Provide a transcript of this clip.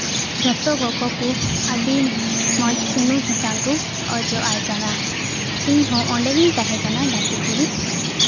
ᱡᱷᱚᱛᱚ ᱜᱚᱜᱚ ᱠᱚ ᱟᱹᱰᱤ ᱢᱚᱸᱡᱽ ᱥᱩᱱᱩᱢ ᱥᱟᱥᱟᱝ ᱠᱚ ᱚᱡᱚᱜ ᱟᱭ ᱠᱟᱱᱟ ᱟᱫᱚ ᱤᱧ ᱦᱚᱸ ᱚᱱᱰᱮ ᱜᱤᱧ ᱛᱟᱦᱮᱸ ᱠᱟᱱᱟ ᱜᱟᱛᱮ ᱠᱩᱲᱤ